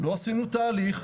לא עשינו תהליך,